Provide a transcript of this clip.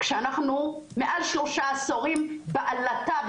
כשאנחנו יותר משלושה עשורים בעלטה,